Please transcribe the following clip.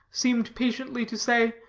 seemed patiently to say,